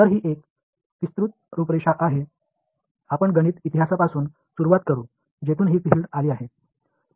तर ही एक विस्तृत रूपरेषा आहे आपण गणित इतिहासापासून सुरुवात करू जेथून हे फील्ड आले आहे